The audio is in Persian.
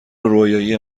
رویایی